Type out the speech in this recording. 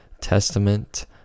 Testament